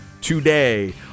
today